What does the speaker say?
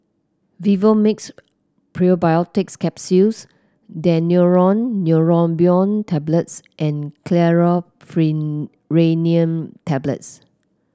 Vivomixx Probiotics Capsule Daneuron Neurobion Tablets and Chlorpheniramine Tablets